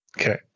Okay